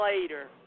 later